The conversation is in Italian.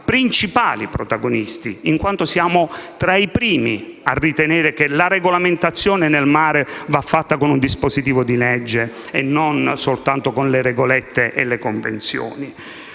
principali protagonisti, in quanto siamo stati tra i primi a ritenere che la regolamentazione nel mare debba essere fatta con un dispositivo di legge e non solo con le regolette e con le convenzioni.